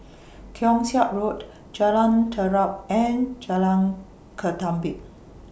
Keong Saik Road Jalan Terap and Jalan Ketumbit